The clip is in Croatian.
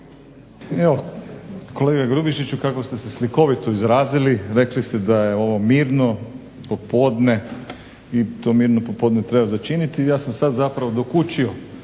Evo kolega Grubišiću kako ste se slikovito izrazili, rekli ste da je ovo mirno popodne. I to mirno popodne treba začiniti. Ja sam sad zapravo dokučio